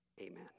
Amen